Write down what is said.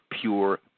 pure